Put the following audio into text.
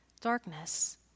darkness